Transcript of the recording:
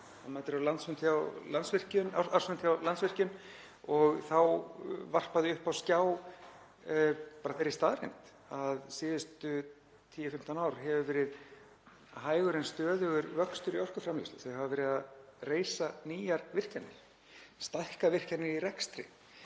Maður mætir á ársfund hjá Landsvirkjun og þá varpa þau upp á skjá þeirri staðreynd að síðustu 10 til 15 ár hefur verið hægur en stöðugur vöxtur í orkuframleiðslu. Þau hafa verið að reisa nýjar virkjanir, stækka virkjanir í rekstri.